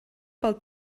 pel